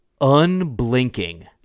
unblinking